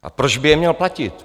A proč by je měl platit?